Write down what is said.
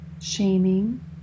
shaming